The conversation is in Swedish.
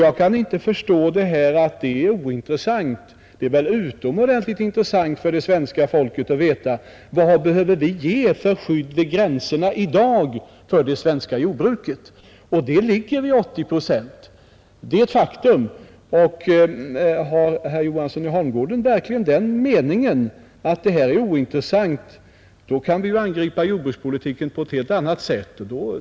Jag kan inte förstå att detta skulle vara ointressant. Tvärtom är det väl utomordentligt intressant för det svenska folket att veta vilket skydd för det svenska jordbruket vi behöver i dag vid gränserna. Det är ett faktum att detta skydd ligger vid 80 procent. Om herr Johansson i Holmgården verkligen har den meningen att denna fråga är ointressant, kan vi angripa jordbrukspolitiken på ett helt annat sätt.